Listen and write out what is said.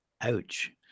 Ouch